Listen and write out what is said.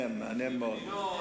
אני אומר לך,